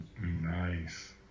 Nice